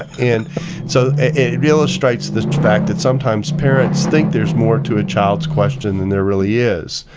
and so it illustrates the fact that sometimes parents think there's more to a child's question than there really is.